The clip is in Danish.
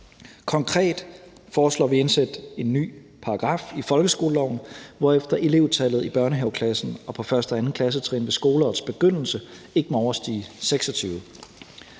Konkret foreslår vi at indsætte en ny paragraf i folkeskoleloven, hvorefter elevtallet i børnehaveklassen og på 1. og 2. klassetrin ved skoleårets begyndelse ikke må overstige 26.